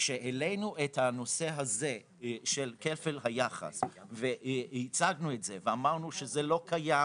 כשהעלנו את הנושא של כפל היחס ואמרנו שזה לא קיים